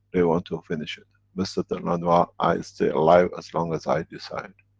they want to finish it. mr delannoye, i i stay alive as long as i decide.